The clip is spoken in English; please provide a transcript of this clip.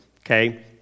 okay